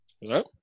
Hello